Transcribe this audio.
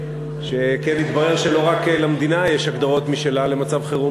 שכן התברר שלא רק למדינה יש הגדרות משלה למצב חירום,